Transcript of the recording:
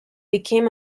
became